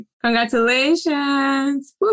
Congratulations